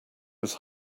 was